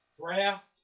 Draft